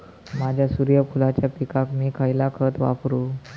माझ्या सूर्यफुलाच्या पिकाक मी खयला खत वापरू?